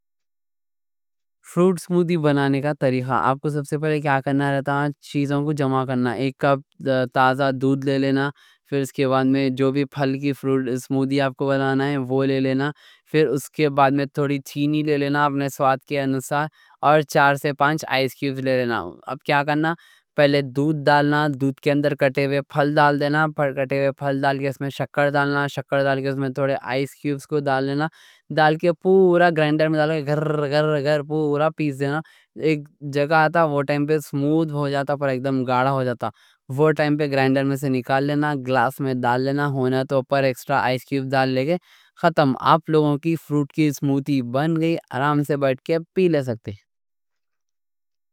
فروٹ سموڈی بنانے کا طریقہ: آپ کو سب سے پہلے کیا کرنا رہتا ہے، چیزوں کو جمع کرنا۔ ایک کپ تازہ دودھ لے لینا۔ پھر اس کے بعد میں جو بھی پھل کی فروٹ سموڈی آپ کو بنانا ہے وہ لے لینا۔ پھر اس کے بعد میں تھوڑی چینی لے لینا اپنے سواد کے انسار، اور چار سے پانچ آئس کیوبز لے لینا۔ اب کیا کرنا: پہلے دودھ ڈالنا، دودھ کے اندر کٹے ہوئے پھل ڈال دینا، پھر کٹے ہوئے پھل ڈال دینا۔ اس میں شکر ڈالنا، شکر ڈال کے اس میں تھوڑے آئس کیوبز کو ڈال لینا۔ ڈال کے پورا گرینڈر میں ڈالو، گر گر گر پورا پیس دینا۔ ایک جگہ آتا، وہ ٹائم پہ سمود ہو جاتا، پر ایک دم گاڑا ہو جاتا۔ وہ ٹائم پہ گرینڈر میں سے نکال لینا، گلاس میں ڈال لینا۔ ہونا تو پر ایکسٹرا آئس کیوبز ڈال لیں گے۔ ختم، آپ لوگوں کی فروٹ کی سموڈی بن گئی، آرام سے بیٹھ کے پی لے سکتے ہیں۔